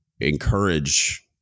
encourage